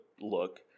look